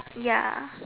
ya